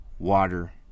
water